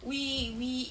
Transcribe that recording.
we we